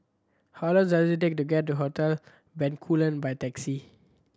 how long does it take to get to Hotel Bencoolen by taxi